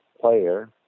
player